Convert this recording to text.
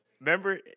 Remember